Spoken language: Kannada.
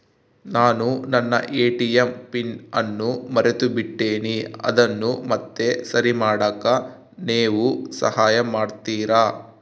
ನಾನು ನನ್ನ ಎ.ಟಿ.ಎಂ ಪಿನ್ ಅನ್ನು ಮರೆತುಬಿಟ್ಟೇನಿ ಅದನ್ನು ಮತ್ತೆ ಸರಿ ಮಾಡಾಕ ನೇವು ಸಹಾಯ ಮಾಡ್ತಿರಾ?